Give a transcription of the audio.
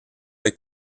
est